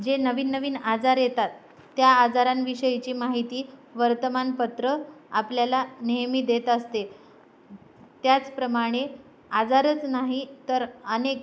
जे नवीन नवीन आजार येतात त्या आजारांविषयीची माहिती वर्तमानपत्रं आपल्याला नेहमी देत असते आहे त्याचप्रमाणे आजारच नाही तर अनेक